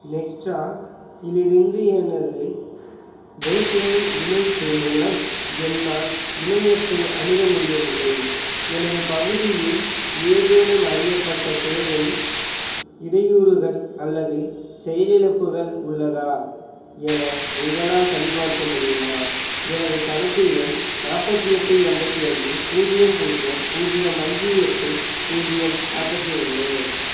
Nextra இலிருந்து எனது வேட்லைன் இணைப்பு மூலம் என்னால் இணையத்தை அணுக முடியவில்லை எனது பகுதியில் ஏதேனும் அறியப்பட்ட சேவை இடையூறுகள் அல்லது செயலிழப்புகள் உள்ளதா என உங்களால் சரிபார்க்க முடியுமா எனது கணக்கு எண் நாற்பத்தி எட்டு எண்பத்தி அஞ்சு பூஜ்ஜியம் பூஜ்ஜியம் பூஜ்ஜியம் அஞ்சு எட்டு பூஜ்ஜியம் நாற்பத்தி ஒன்று